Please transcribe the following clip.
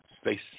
Space